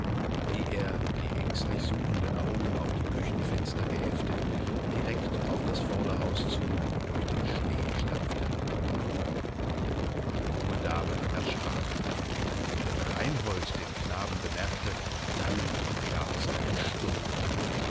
wie er die ängstlich suchenden augen auf die küchenfenster geheftet direkt auf das vorderhaus zu durch den schnee stampfte die junge dame erschrak wenn reinhold den knaben bemerkte dann gab es einen sturm